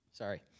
Sorry